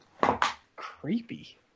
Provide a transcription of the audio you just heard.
creepy